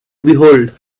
behold